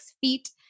feet